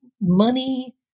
money